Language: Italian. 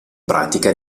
pratica